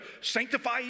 sanctify